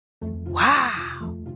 Wow